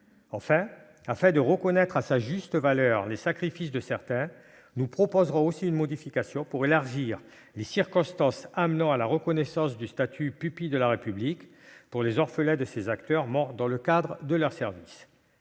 Enfin, afin de reconnaître à leur juste valeur les sacrifices de certains, nous proposerons une modification visant à élargir les circonstances conduisant à la reconnaissance du statut de pupille de la République pour les orphelins de ces acteurs morts dans le cadre de leur service.